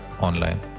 online